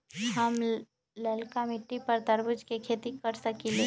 हम लालका मिट्टी पर तरबूज के खेती कर सकीले?